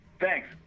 Thanks